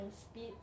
speed